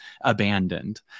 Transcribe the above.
abandoned